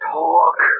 talk